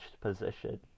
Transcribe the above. position